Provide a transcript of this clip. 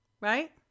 Right